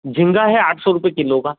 झींगा है आठ सौ रुपये किलो का